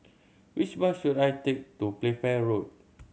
which bus should I take to Playfair Road